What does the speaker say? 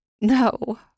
No